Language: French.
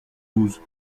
douze